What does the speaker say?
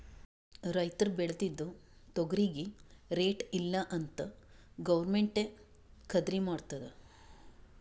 ರೈತುರ್ ಬೇಳ್ದಿದು ತೊಗರಿಗಿ ರೇಟ್ ಇಲ್ಲ ಅಂತ್ ಗೌರ್ಮೆಂಟೇ ಖರ್ದಿ ಮಾಡ್ತುದ್